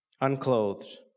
unclothed